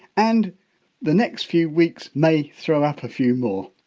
and the next few weeks may throw up a few more.